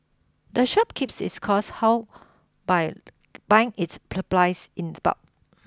the shop keeps its costs how by buying its supplies in the bulb